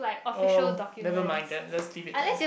oh nevermind then just leave it there